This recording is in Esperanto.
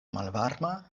malvarma